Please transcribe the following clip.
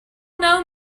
know